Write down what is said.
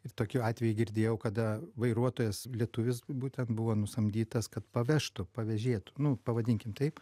ir tokiu atveju girdėjau kada vairuotojas lietuvis būtent buvo nusamdytas kad pavežtų pavėžėtų nu pavadinkim taip